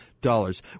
dollars